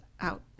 out